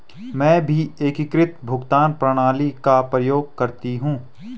मैं भी एकीकृत भुगतान प्रणाली का प्रयोग करती हूं